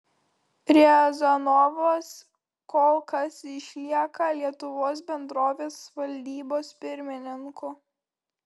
riazanovas kol kas išlieka lietuvos bendrovės valdybos pirmininku